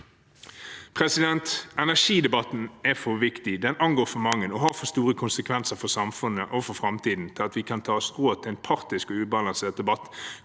Energidebatten er for viktig – den angår for mange og har for store konsekvenser for samfunnet og for framtiden – til at vi kan ta oss råd til en partisk ubalansert debatt